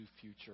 future